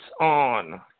on